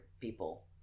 people